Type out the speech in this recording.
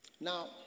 Now